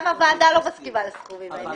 גם הוועדה לא מסכימה לסכומים האלה.